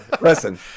Listen